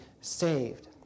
saved